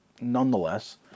nonetheless